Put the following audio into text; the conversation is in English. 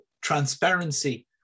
transparency